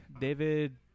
David